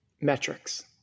metrics